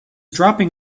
dropping